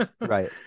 Right